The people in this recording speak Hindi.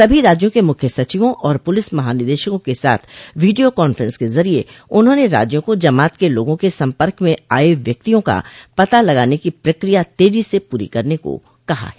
सभी राज्यों के मुख्यो सचिवों और पुलिस महानिदेशकों के साथ वीडियो कांफ्रेंस के जरिए उन्होंने राज्यों को जमात के लोगों के संपर्क में आये व्यक्तियों का पता लगाने की प्रक्रिया तेजी से पूरी करने को कहा है